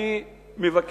אני מבקש,